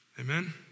Amen